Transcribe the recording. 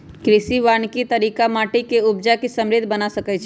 कृषि वानिकी तरिका माटि के उपजा के समृद्ध बना सकइछइ